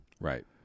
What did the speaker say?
Right